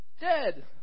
dead